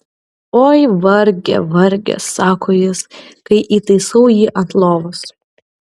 oi varge varge sako jis kai įtaisau jį ant lovos